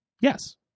Yes